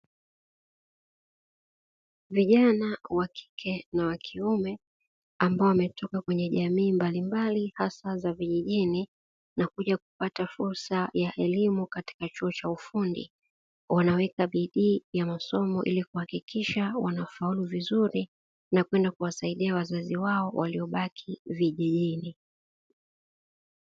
Vijana wakike na wakiume, ambao wametoka kwenye jamii mbalimbali hasa za vijijini na kuja kupata fursa ya elimu katika chuo cha ufundi, wanaweka bidii ya masomo, ili kuhakikisha wanafaulu vizuri na kwenda kuwasaidia wazazi wao waliobaki vijijini.